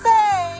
Say